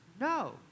No